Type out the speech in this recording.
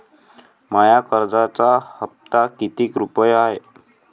माया कर्जाचा हप्ता कितीक रुपये हाय?